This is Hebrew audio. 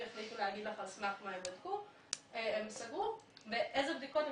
יחליטו להגיד לך על סמך מה הם סגרו ואיזה בדיקות הם